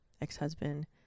ex-husband